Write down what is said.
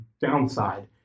downside